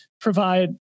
provide